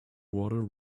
water